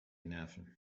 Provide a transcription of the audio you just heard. nerven